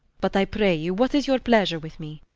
but i pray you, what is your pleasure with me?